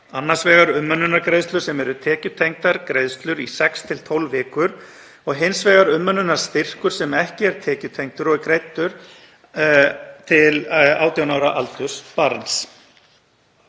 annars vegar umönnunargreiðslur sem eru tekjutengdar greiðslur í sex til 12 vikur og hins vegar umönnunarstyrkur sem ekki er tekjutengdur og er greiddur til 18 ára aldurs barns.